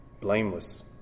blameless